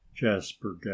jasper